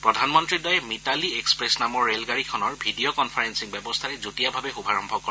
প্ৰধানমন্ত্ৰীদ্বয়ে Mitali Express নামৰ ৰেলগাড়ীখনৰ video conferencing ব্যৱস্থাৰে যুটীয়াভাৱে শুভাৰম্ভ কৰে